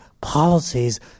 policies